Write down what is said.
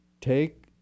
Take